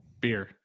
Beer